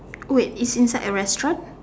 wait it's inside a restaurant